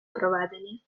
проведені